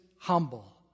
humble